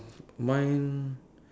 mine